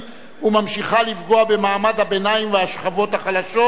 וממשיכה לפגוע במעמד הביניים ובשכבות החלשות,